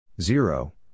Zero